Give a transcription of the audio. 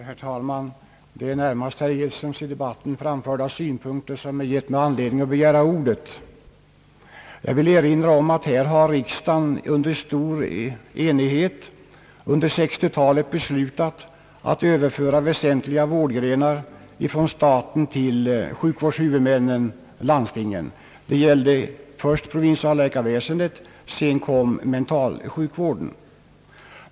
Herr talman! Det är närmast herr Edströms i debatten framförda synpunkter som givit mig anledning att begära ordet. Jag vill erinra om att riksdagen under stor enighet under 1960-talet beslutat att överföra väsentliga vårdgrenar från staten till sjukvårdshuvudmännen, landstingen. Det gällde först provinsialläkarväsendet. Sedan kom mentalsjukvården.